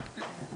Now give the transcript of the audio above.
כן.